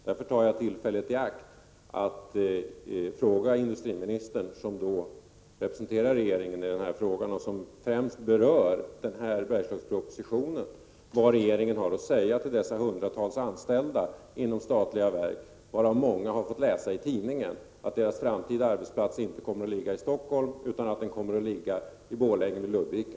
Därför tar jag tillfället i akt att till industriministern som representant för regeringen ställa en fråga som främst berör Bergslagspropositionen, nämligen vad regeringen har att säga till de hundratals anställda inom de statliga verken i fråga. Många av dem har fått läsa i tidningen att deras framtida arbetsplats inte kommer att ligga i Stockholm utan i Borlänge eller i Ludvika.